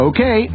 Okay